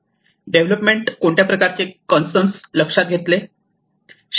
development कोणत्या प्रकारचे concerns लक्षात घेतले